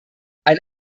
ein